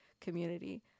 Community